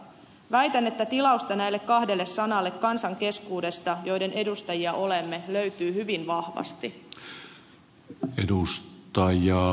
väitän että tilausta näille kahdelle sanalle sen kansan keskuudesta joiden edustajia olemme löytyy hyvin vahvasti